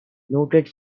noted